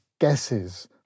guesses